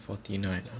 forty nine